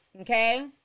okay